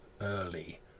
early